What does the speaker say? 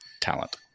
talent